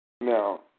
now